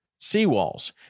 seawalls